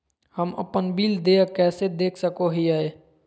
हम अपन बिल देय कैसे देख सको हियै?